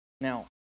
Now